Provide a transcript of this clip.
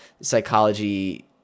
psychology